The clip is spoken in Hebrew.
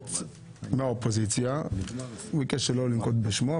הכנסת מהאופוזיציה הוא ביקש שלא לנקוב בשמו,